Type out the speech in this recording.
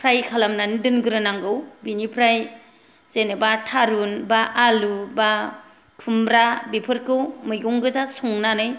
फ्राय खालामनानै दोनग्रोनांगौ बिनिफ्राय जेनेबा थारुन बा आलु बा खुमब्रा बेफोरखौ मैगं गोजा संनानै